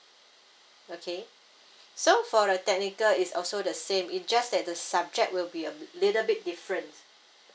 okay so for the technical is also the same it just that the subject will be a little bit different